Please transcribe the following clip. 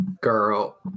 girl